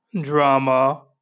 drama